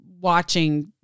watching